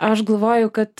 aš galvoju kad